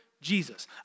Jesus